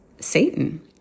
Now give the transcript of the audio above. Satan